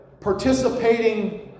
participating